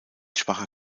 schwacher